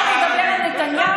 למה זה בכלל מעניין אתכם?